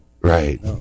Right